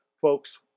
folks